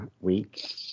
Week